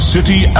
City